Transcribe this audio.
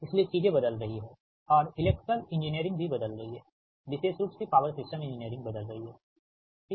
इसलिए चीजें बदल रही हैं और इलेक्ट्रिकल इंजीनियरिंग भी बदल रही है विशेष रूप से पावर सिस्टम इंजीनियरिंग बदल रही हैठीक